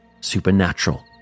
supernatural